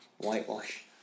whitewash